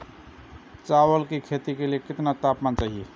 चावल की खेती के लिए कितना तापमान चाहिए?